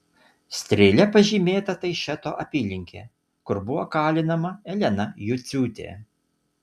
strėle pažymėta taišeto apylinkė kur buvo kalinama elena juciūtė